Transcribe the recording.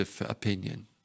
opinion